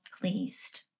pleased